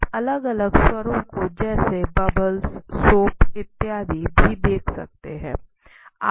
आप अलग अलग स्वरों को जैसे बबल्स सोप इत्यादी भी देख सकते हैं